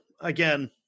again